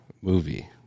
movie